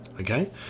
Okay